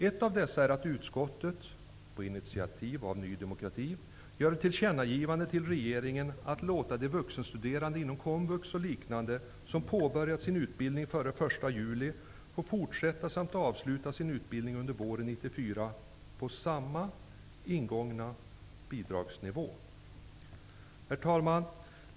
Ett av dessa är att utskottet på initiativ av Ny demokrati gör ett tillkännagivande till regeringen att låta de vuxenstuderande inom komvux och liknande som påbörjat sin utbildning före den 1 juli få fortsätta samt avsluta sin utbildning under våren 1994 på samma bidragsnivå som de gått in på. Herr talman!